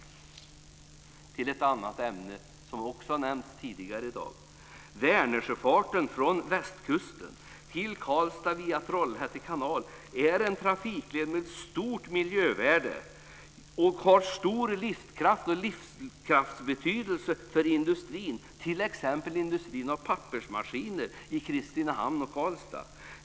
Jag går så över till ett annat ämne som också nämnts tidigare. Trollhätte kanal är en trafikled med stort miljövärde. Den har stor livskraftsbetydelse för industrin, t.ex. Karlstad.